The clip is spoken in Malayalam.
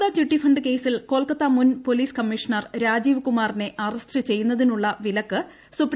ശാരദാ ചിട്ടി ഫണ്ട് കേസിൽ കൊൽക്കത്ത മുൻ പോലീസ് കമ്മീഷണർ രാജീവ് കുമാറിനെ അറസ്റ്റ് ചെയ്യുന്നതിനുള്ള വിലക്ക് സുപ്രീംകോടതി നീക്കി